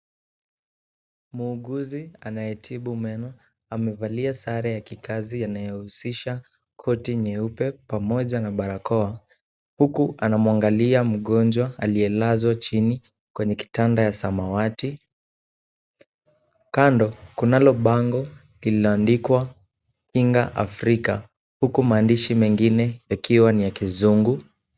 Mguuzi anayetibu meno amevalia sare ya kikazi yanayohusisha koti nyeupe pamoja na barakoa. Huku anamwangalia mgonjwa aliyelazwa chini kwenye kitanda ya samawati. Kando kunalo bango lililoandikwa Kinga Afrika huku maandishi mengine yakiwa ni ya kizungu.